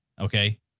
Okay